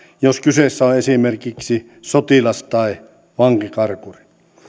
jos kyseessä on esimerkiksi sotilas tai vankikarkuri